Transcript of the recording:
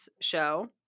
show